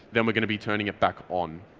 then we're going to be turning it back on.